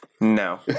No